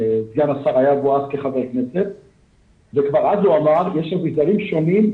סגן השר היה אז חבר כנסת וכבר אז הוא אמר: שיש אביזרים שונים,